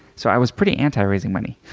so i was pretty anti-raising money,